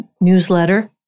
newsletter